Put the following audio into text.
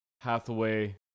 Hathaway